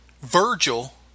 Virgil